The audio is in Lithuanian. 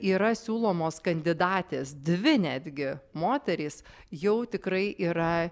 yra siūlomos kandidatės dvi netgi moterys jau tikrai yra